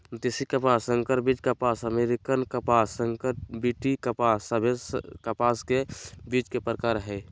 देशी कपास, संकर बीज कपास, अमेरिकन कपास, संकर बी.टी कपास सभे कपास के बीज के प्रकार हय